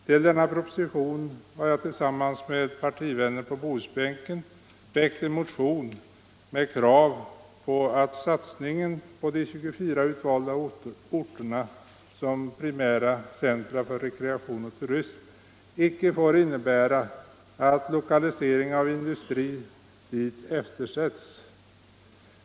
Till denna proposition har jag tillsammans med partivännerna på Bohusbänken väckt en motion med krav på att satsningen på de 24 utvalda orterna som primära centra för rekreation och turism icke får innebära att lokalisering av industri dit blir eftersatt.